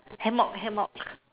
hammock hammock